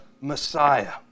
Messiah